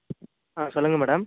ஆ சொல்லுங்கள் மேடம்